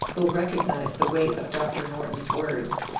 will recog nize the weight of dr. norton's words.